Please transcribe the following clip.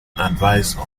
advisor